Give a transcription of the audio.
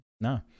no